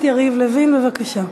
2522, 2523,